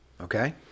Okay